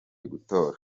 gutora